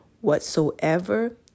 Whatsoever